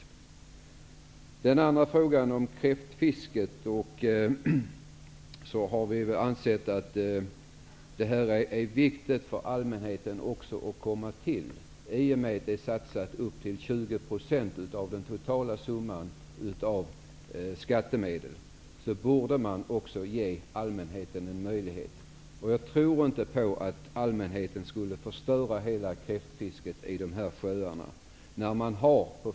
När det gäller den andra frågan om kräftfiske anser vi att det också är viktigt för allmänheten. Eftersom man satsar 20 % av den totala summan av skattemedel borde man också ge allmänheten en möjlighet till fiske. Jag tror inte på att allmänheten skulle förstöra hela kräftfisket i dessa sjöar.